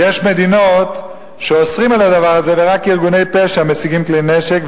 ויש מדינות שאוסרות את הדבר הזה ורק ארגוני פשע משיגים בהן כלי נשק,